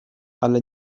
ale